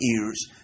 ears